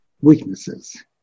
weaknesses